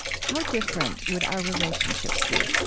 how different would our relationships be,